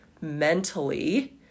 mentally